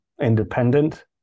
independent